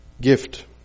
gift